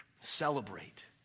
celebrate